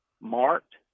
marked